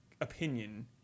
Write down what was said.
opinion